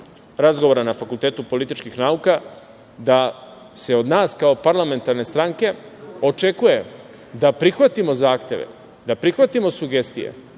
organizatorima na Fakultetu političkih nauka da se od nas kao parlamentarne stranke očekuje da prihvatimo zahteve, da prihvatimo sugestije